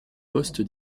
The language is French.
poste